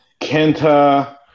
Kenta